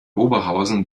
oberhausen